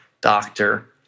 doctor